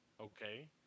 Okay